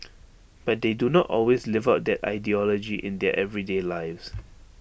but they do not always live out that ideology in their everyday lives